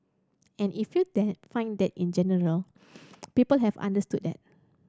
and if you then find that in general people have understood that